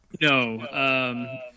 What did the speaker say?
No